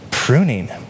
pruning